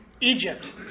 Egypt